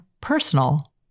personal